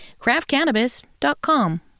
craftcannabis.com